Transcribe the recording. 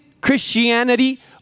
Christianity